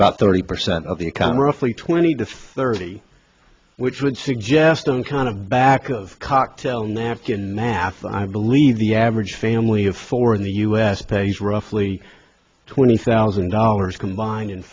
about thirty percent of the congress fleet twenty to thirty which would suggest i'm kind of back of a cocktail napkin math i believe the average family of four in the us pays roughly twenty thousand dollars combined in